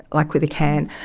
like with a can.